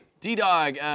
D-Dog